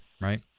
right